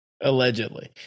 Allegedly